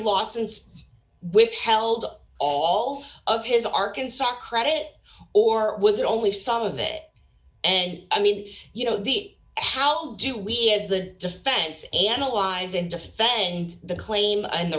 since withheld all of his arkansas credit or was it only some of it and i mean you know the how do we as the defense analyze and defend the claim and the